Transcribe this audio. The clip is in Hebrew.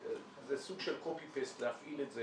זה סוג של קופי פייסט להפעיל את זה